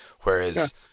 whereas